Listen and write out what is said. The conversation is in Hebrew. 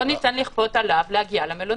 לא ניתן לכפות עליו להגיע למלונית.